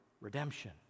redemption